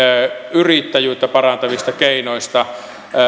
yrittäjyyttä parantavista keinoista